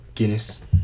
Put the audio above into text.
Guinness